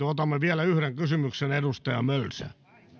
otamme vielä yhden kysymyksen edustaja mölsä